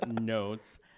notes